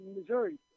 Missouri